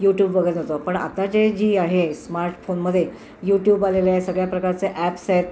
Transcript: YouTube वगैरे नव्हतं पण आता जे जी आहे स्मार्टफोनमध्ये यूट्यूब आलेलं आहे सगळ्या प्रकारचे ॲप्स आहेत